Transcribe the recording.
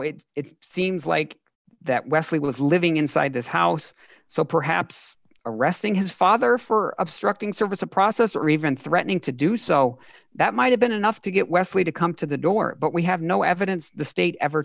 it it seems like that wesley was living inside this house so perhaps arresting his father for obstructing service a process or even threatening to do so that might have been enough to get wesley to come to the door but we have no evidence the state ever